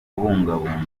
kubungabunga